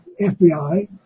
FBI